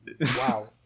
Wow